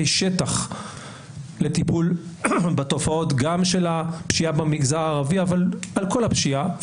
שטח לטיפול בתופעות גם של הפשיעה במגזר הערבי אבל על כל הפשיעה,